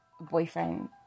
boyfriend